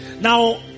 now